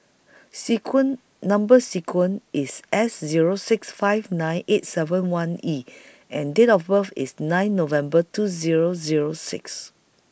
sequin Number sequin IS S Zero six five nine eight seven one E and Date of birth IS nine November two Zero Zero six